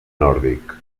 nòrdic